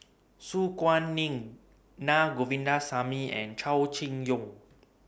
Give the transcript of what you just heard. Su Guaning Na Govindasamy and Chow Chee Yong